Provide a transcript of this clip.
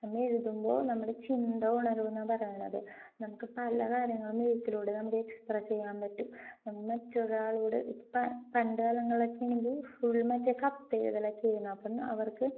നമ്മളെഴുതുമ്പോള് നമ്മുടെ ചിന്ത ഉണരുമെന്നാണ് പറയുന്നത് നമുക്ക് പല കാര്യങ്ങളും എഴുത്തിലൂടെ നമുക്ക് എക്സ്പ്രസ്സ് ചെയ്യാൻ പറ്റും നമ്മള് മറ്റൊരാളോട് ഇപ്പോള് പണ്ട് കാലങ്ങളിലൊക്കെയാണെങ്കില് ഫുൾ മറ്റേ കത്തെഴുതലൊക്കെയായിരുന്നു അപ്പം അവർക്ക്